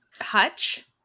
Hutch